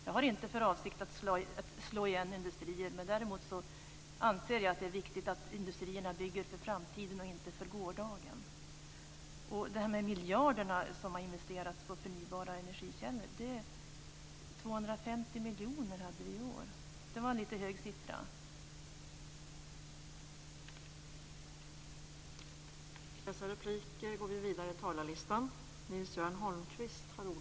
Jag har inte för avsikt att slå igen industrier, däremot anser jag att det är viktigt att industrierna bygger för framtiden och inte för gårdagen. Sedan var det frågan om miljarderna som har investerats på förnybara energikällor. Det har varit 250 miljoner i år. Siffran var lite hög.